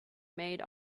made